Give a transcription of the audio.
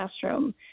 classroom